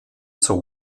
zur